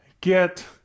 get